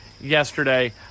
yesterday